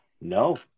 No